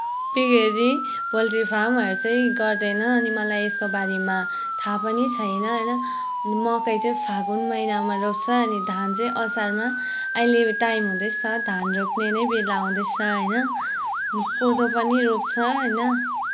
piggery poultry फार्महरू चाहिँ गर्दैन अनि मलाई यसको बारेमा थाहा पनि छैन होइन मकै चाहिँ फागुन महिनामा रोप्छ अनि धान चाहिँ असारमा अहिले टाइम हुँदैछ धान रोप्ने नै बेला आउँदैछ होइन कोदो पनि रोप्छ होइन